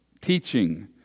teaching